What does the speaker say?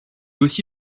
aussi